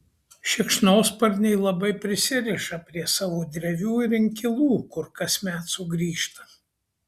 šikšnosparniai labai prisiriša prie savo drevių ir inkilų kur kasmet sugrįžta